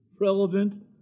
relevant